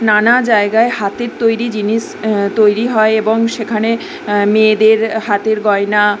নানা জায়গায় হাতের তৈরি জিনিস তৈরি হয় এবং সেখানে মেয়েদের হাতের গয়না